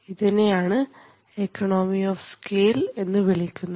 ഇതിനെയാണ് economy of scale എന്ന് വിളിക്കുന്നത്